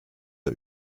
der